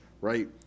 right